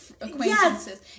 acquaintances